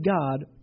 God